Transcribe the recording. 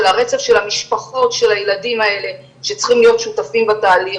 הרצף של המשפחות של הילדים האלה שצריכים להיות שותפים בתהליך.